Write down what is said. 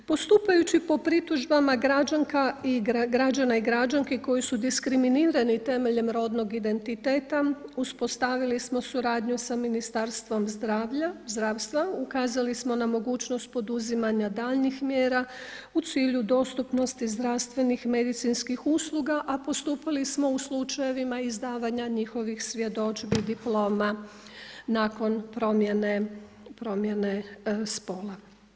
Postupajući po pritužbama građanki i građana koji su diskriminirani temeljem rodnog identiteta, uspostavili smo suradnju sa Ministarstvom zdravstva, ukazali smo na mogućnost poduzimanja daljnjih mjera u cilju dostupnosti zdravstvenih medicinskih usluga, a postupali smo u slučajevima izdavanja njihovih svjedodžbi, diploma nakon promjene spola.